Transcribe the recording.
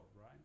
right